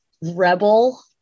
Rebel